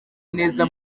neza